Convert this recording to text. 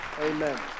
Amen